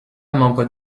membre